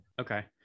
Okay